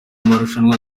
amarushanwa